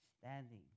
standing